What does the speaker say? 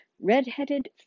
Red-headed